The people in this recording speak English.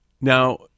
Now